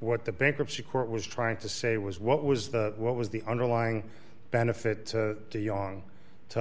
what the bankruptcy court was trying to say was what was the what was the underlying benefit to young to